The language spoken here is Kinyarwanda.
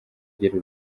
ugira